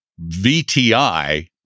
VTI